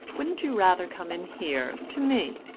wouldn't you rather come in here, to me?